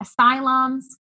asylums